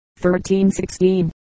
1316